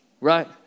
right